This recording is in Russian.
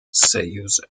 союза